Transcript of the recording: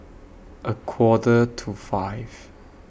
A Quarter to five